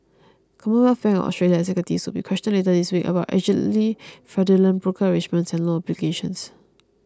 Commonwealth Bank of Australia executives will be questioned later this week about allegedly fraudulent broker arrangements and loan applications